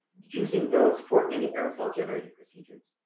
using those for any aerosol generating procedures,